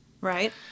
right